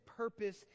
purpose